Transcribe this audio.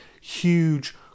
huge